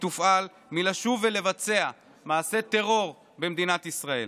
תופעל לשוב ולבצע מעשי טרור במדינת ישראל.